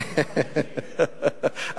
העולים החדשים...